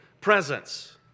presence